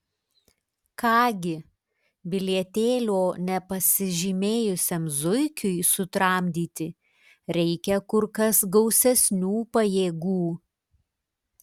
ką gi bilietėlio nepasižymėjusiam zuikiui sutramdyti reikia kur kas gausesnių pajėgų